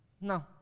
No